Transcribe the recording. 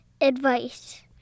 advice